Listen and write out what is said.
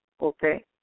Okay